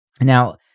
Now